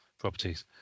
Properties